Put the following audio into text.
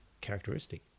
characteristic